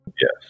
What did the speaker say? Yes